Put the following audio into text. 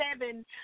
seven